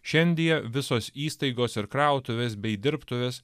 šiandie visos įstaigos ir krautuvės bei dirbtuvės